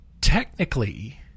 technically